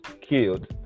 killed